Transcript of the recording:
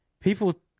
people